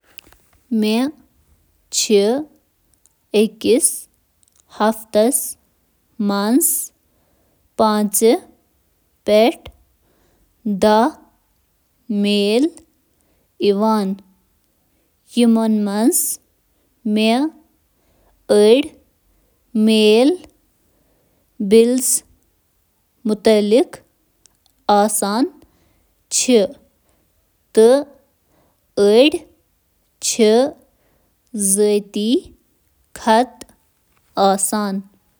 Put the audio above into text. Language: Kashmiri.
مےٚ چھِ أکِس ہفتَس منٛز مُختٔلِف نمبر میل میلان یِم اِشتِہارن تہٕ باقین مُتعلِق چھِ۔